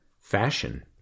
fashion